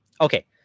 Okay